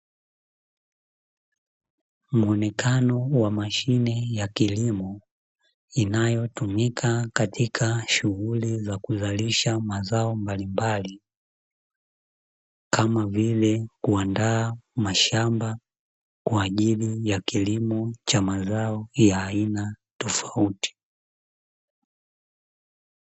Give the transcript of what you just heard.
Muonekano wa mashine ya kilimo, inayotumika katika shughuli za kuzalisha mazao mbalimbali; kama vile kuandaa mashamba kwa ajili ya kilimo cha mazao ya aina tofauti.